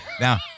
now